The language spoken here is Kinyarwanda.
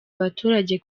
abaturage